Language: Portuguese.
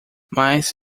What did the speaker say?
mas